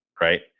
right